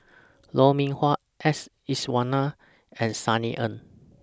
Lou Mee Wah S Iswaran and Sunny Ang